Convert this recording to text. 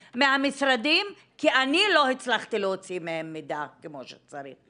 מהמשרדים כי אני לא הצלחתי להוציא מהם מידע כמו שצריך.